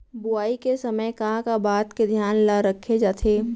बुआई के समय का का बात के धियान ल रखे जाथे?